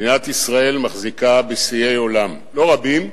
מדינת ישראל מחזיקה בשיאי עולם, לא רבים,